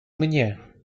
mnie